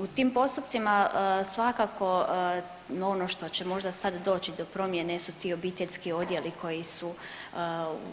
U tim postupcima svakako ono što će možda sad doći do promjene su ti obiteljski odjeli koji su